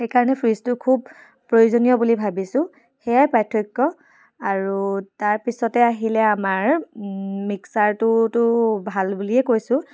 সেইকাৰণে ফ্ৰিজটো খুব প্ৰয়োজনীয় বুলি ভাবিছোঁ সেয়াই পাৰ্থক্য আৰু তাৰপিছতে আহিলে আমাৰ মিক্সাৰটোতো ভাল বুলিয়ে কৈছোঁ